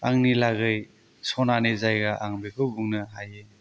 आंनि थाखाय सनानि जायगा आं बेखौ बुंनो हायो